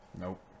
Nope